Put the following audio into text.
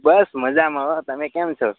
બસ મજામાં હોં તમે કેમ છો